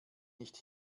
nicht